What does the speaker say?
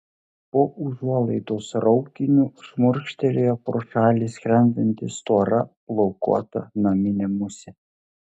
po užuolaidos raukiniu šmurkštelėjo pro šalį skrendanti stora plaukuota naminė musė